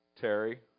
Terry